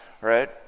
right